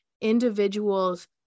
individuals